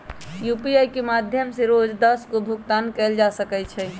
UPI के माध्यम से रोज दस गो भुगतान कयल जा सकइ छइ